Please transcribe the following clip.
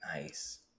Nice